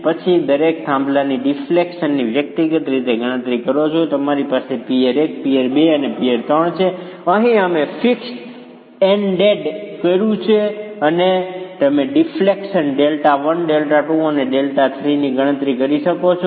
પછી તમે દરેક થાંભલાના ડિફ્લેક્શનની વ્યક્તિગત રીતે ગણતરી કરો છો તમારી પાસે પિઅર 1 પિઅર 2 અને પિઅર 3 છે અહીં અમે ફિક્સ્ડ એન્ડેડ કર્યું છે અને તમે ડિફ્લેક્શન Δ1 Δ2 અને Δ3 ની ગણતરી કરી શકો છો